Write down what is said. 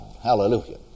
Hallelujah